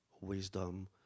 wisdom